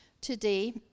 today